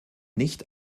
nicht